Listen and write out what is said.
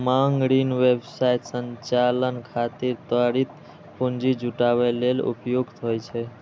मांग ऋण व्यवसाय संचालन खातिर त्वरित पूंजी जुटाबै लेल उपयुक्त होइ छै